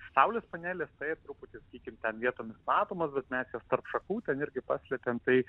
saulės panelės tai truputį sakykim ten vietom matomos bet mes jas tarp šakų irgi paslepėm tai